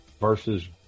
versus